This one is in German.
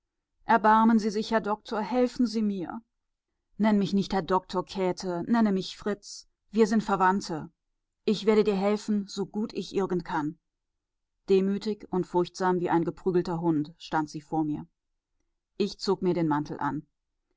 erbarmen sie sich herr doktor helfen sie mir nenn mich nicht herr doktor käthe nenne mich fritz wir sind verwandte ich werde dir helfen so gut ich irgend kann demütig und furchtsam wie ein geprügelter hund stand sie vor mir ich zog mir den mantel an